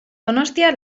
donostia